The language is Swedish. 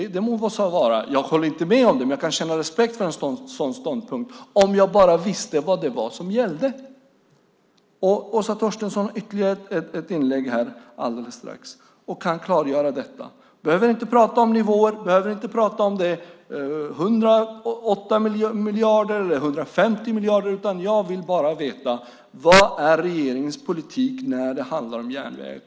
Det må så vara. Jag håller inte med om det, men jag kan känna respekt för en sådan ståndpunkt - om jag bara visste vad det var som gällde. Åsa Torstensson har möjlighet till ytterligare ett inlägg och kan då klargöra detta. Hon behöver inte prata om nivåer. Hon behöver inte prata om 108 miljarder eller 150 miljarder. Jag vill bara veta vad regeringens politik är när det gäller järnvägar.